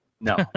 No